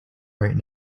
right